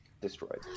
Destroyed